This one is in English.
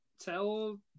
tell